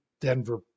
Denver